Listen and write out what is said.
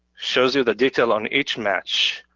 shows you the detail on each match,